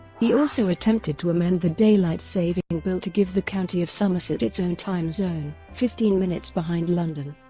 he also attempted to amend the daylight saving bill to give the county of somerset its own time zone, fifteen minutes behind london.